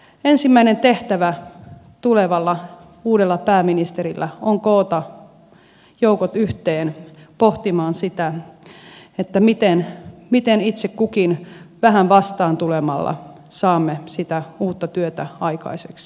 ensimmäinen tehtävä tulevalla uudella pääministerillä on koota joukot yhteen pohtimaan sitä miten itse kukin vähän vastaan tulemalla saamme uutta työtä aikaiseksi